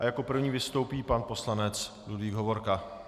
Jako první vystoupí pan poslanec Ludvík Hovorka.